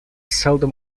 seldom